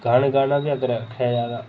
गाना गाना गै अगर दिक्खेआ जा ता